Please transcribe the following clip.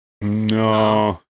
No